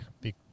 big